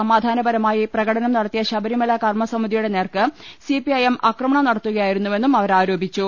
സമാധാനപരമായി പ്രക ടനം നടത്തിയ ശബരിമല കർമ സമിതിയുടെ നേർക്ക് സിപിഐഎം ആക്ര മണം നടത്തുകയായിരുന്നുവെന്നും അവർ ആരോപിച്ചു